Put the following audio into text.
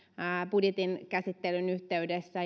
budjetin käsittelyn yhteydessä